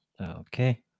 Okay